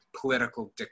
political